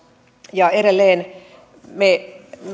edelleen